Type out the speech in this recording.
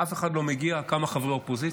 אף אחד לא מגיע, כמה חברי אופוזיציה,